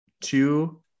two